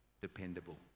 dependable